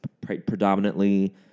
predominantly